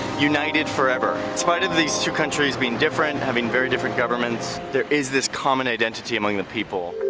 united forever. it's part of these two countries being different, having very different governments. there is this common identity among the people.